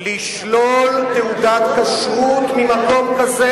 לשלול תעודת כשרות ממקום כזה,